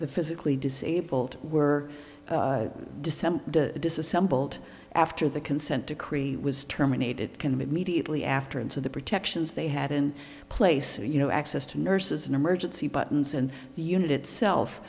the physically disabled were december disassembled after the consent decree was terminated can immediately after and to the protections they had in place you know access to nurses and emergency buttons and the unit itself